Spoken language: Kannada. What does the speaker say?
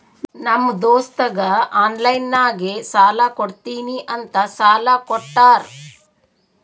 ನಮ್ ದೋಸ್ತಗ ಆನ್ಲೈನ್ ನಾಗೆ ಸಾಲಾ ಕೊಡ್ತೀನಿ ಅಂತ ಸಾಲಾ ಕೋಟ್ಟಾರ್